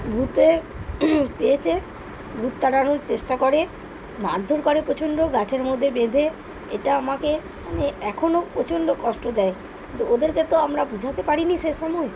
ভূতে পেয়েছে ভূত তাড়ানোর চেষ্টা করে মারধর করে প্রচণ্ড গাছের মধ্যে বেঁধে এটা আমাকে মানে এখনও প্রচণ্ড কষ্ট দেয় কিন্তু ওদেরকে তো আমরা বোঝাতে পারিনি সেসময়ে